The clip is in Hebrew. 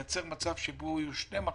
התחלנו לייצר מצב בו יהיו שני מכשירים,